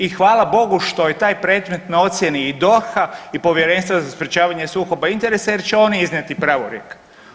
I hvala Bogu što je taj predmet na ocijeni i DORH-a i Povjerenstva za sprječavanja sukoba interesa jer će oni iznijeti pravorijek.